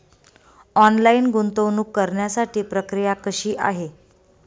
Online गुंतवणूक करण्यासाठी प्रक्रिया कशी आहे?